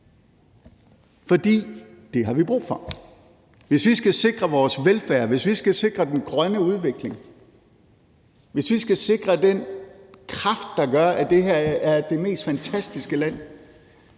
For det har vi brug for. Hvis vi skal sikre vores velfærd, hvis vi skal sikre den grønne udvikling, hvis vi skal sikre den kraft, der gør, at det her er det mest fantastiske land,